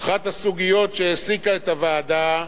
התקיימו אישורים בכתב מהמפעיל,